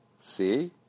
See